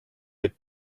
had